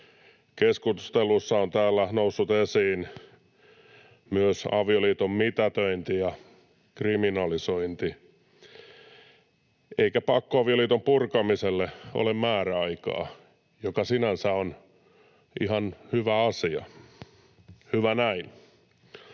Keskustelussa on täällä noussut esiin myös avioliiton mitätöinti ja kriminalisointi, eikä pakkoavioliiton purkamiselle ole määräaikaa, mikä sinänsä on ihan hyvä asia. Hyvä näin.